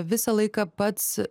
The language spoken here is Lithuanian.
visą laiką pats